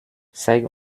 zeig